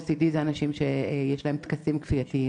OCD אלו אנשים שיש להם טקסים כפייתיים.